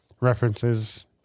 references